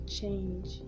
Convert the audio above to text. change